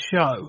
show